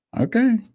Okay